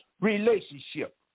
relationship